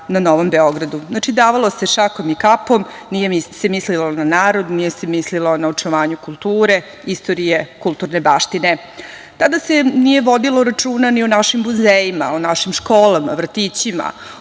na Novom Beogradu. Znači, davalo se šakom i kapom, nije se mislilo na narod, nije se mislilo na očuvanje kulture, istorije, kulturne baštine. Tada se nije vodilo računa ni o našim muzejima, o našim školama, vrtićima,